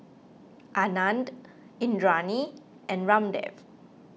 Anand Indranee and Ramdev